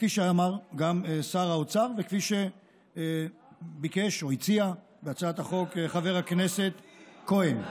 כפי שאמר גם שר האוצר וכפי שביקש או הציע בהצעת החוק חבר הכנסת כהן.